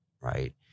Right